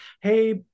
Hey